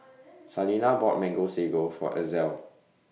Salina bought Mango Sago For Ezell